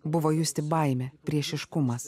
buvo justi baimė priešiškumas